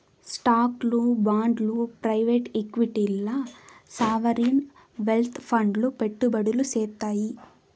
స్టాక్లు, బాండ్లు ప్రైవేట్ ఈక్విటీల్ల సావరీన్ వెల్త్ ఫండ్లు పెట్టుబడులు సేత్తాయి